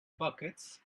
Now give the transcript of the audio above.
buckets